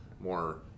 more